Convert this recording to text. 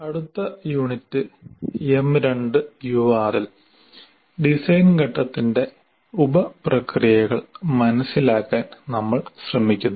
അടുത്ത unit M2 U6 ൽ design ഘട്ടത്തിന്റെ ഉപപ്രക്രിയകൾ മനസിലാക്കാൻ നമ്മൾ ശ്രമിക്കുന്നു